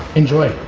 enjoy.